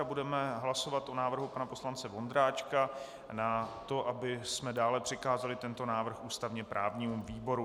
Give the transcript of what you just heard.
Budeme hlasovat o návrhu pana poslance Vondráčka na to, abychom dále přikázali tento návrh ústavněprávnímu výboru.